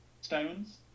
Stones